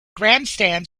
grandstand